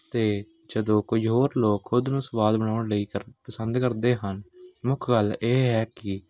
ਅਤੇ ਜਦੋਂ ਕੋਈ ਹੋਰ ਲੋਕ ਖੁਦ ਨੂੰ ਸਵਾਦ ਬਣਾਉਣ ਲਈ ਕਰ ਪਸੰਦ ਕਰਦੇ ਹਨ ਮੁੱਖ ਗੱਲ ਇਹ ਹੈ ਕਿ